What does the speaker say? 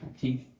teeth